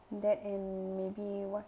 that and maybe [what]